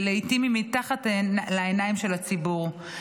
ולעיתים היא מתחת לעיניים של הציבור,